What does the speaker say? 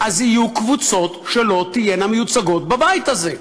יהיו קבוצות שלא תהיינה מיוצגות בבית הזה,